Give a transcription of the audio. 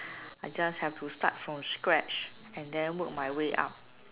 I just have to start from scratch and then work my way up